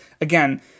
again